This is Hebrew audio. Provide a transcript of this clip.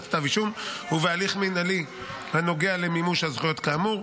כתב אישום ובהליך מינהלי הנוגע למימוש הזכויות כאמור.